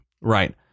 Right